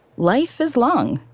life is long,